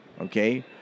Okay